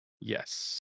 Yes